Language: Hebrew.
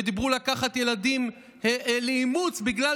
ודיברו על לקחת ילדים לאימוץ בגלל